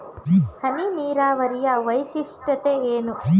ಹನಿ ನೀರಾವರಿಯ ವೈಶಿಷ್ಟ್ಯತೆ ಏನು?